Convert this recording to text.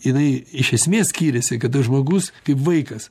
jinai iš esmės skiriasi kada žmogus kaip vaikas